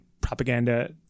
propaganda